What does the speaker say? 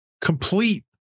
Complete